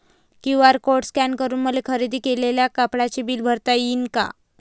QR code scan करून मले खरेदी केलेल्या कापडाचे बिल भरता यीन का?